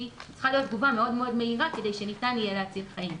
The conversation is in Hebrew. כי צריכה להיות תגובה מהירה על מנת להציל חיים.